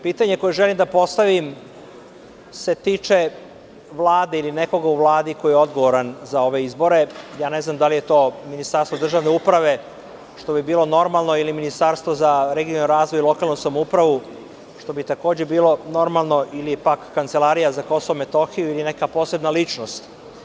Pitanje koje želim da postavim se tiče Vlade ili nekoga u Vladi ko je odgovoran za ove izbore, ne znam da li je to Ministarstvo državne uprave, što bi bilo normalno ili Ministarstvo za regionalni razvoj i lokalnu samoupravu, što bi takođe bilo normalno, ili je pak Kancelarija za KiM ili neka posebna ličnost.